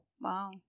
Wow